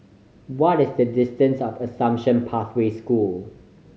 what is the distance to Assumption Pathway School